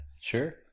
Sure